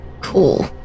Cool